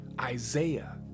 Isaiah